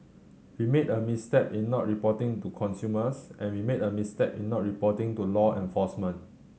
we made a misstep in not reporting to consumers and we made a misstep in not reporting to law enforcement